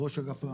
ראש אגף,